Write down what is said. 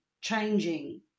changing